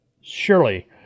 surely